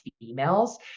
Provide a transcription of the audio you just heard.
females